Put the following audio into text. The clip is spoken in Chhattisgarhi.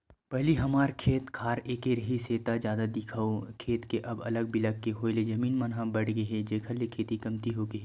पहिली हमर खेत खार एके म रिहिस हे ता जादा दिखय खेत के अब अलग बिलग के होय ले जमीन मन ह बटगे हे जेखर ले खेती कमती होगे हे